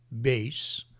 base